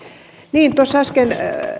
niin tuossa äsken